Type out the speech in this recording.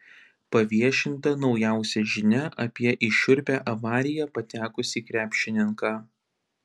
paviešinta naujausia žinia apie į šiurpią avariją patekusį krepšininką